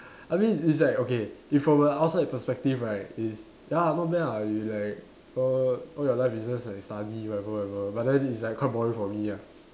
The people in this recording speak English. I mean it's like okay if from a outside perspective right it's ya not bad lah it like err all your life is like study whatever whatever but then it's like quite boring for me ah